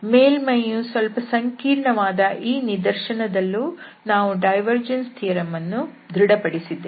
ಮೇಲ್ಮೈಯು ಸ್ವಲ್ಪ ಸಂಕೀರ್ಣವಾದ ಈ ನಿದರ್ಶನದಲ್ಲೂ ನಾವು ಡೈವರ್ಜೆನ್ಸ್ ಥಿಯರಂ ಅನ್ನು ಧೃಡಪಡಿಸಿದ್ದೇವೆ